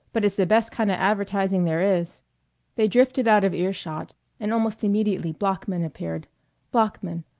but it's the best kinda advertising there is they drifted out of earshot and almost immediately bloeckman appeared bloeckman,